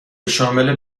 شامل